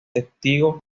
testigo